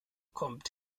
kommt